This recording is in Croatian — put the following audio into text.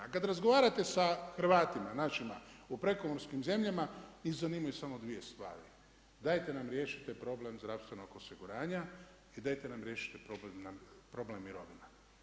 A kad razgovarate sa Hrvatima, našima u prekomorskim zemljama, njih zanimaju samo dvije, dajte nam riješite problem zdravstvenog osiguranja i dajte nam riješite problem mirovine.